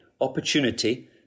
opportunity